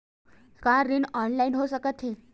का ऋण ऑनलाइन हो सकत हे?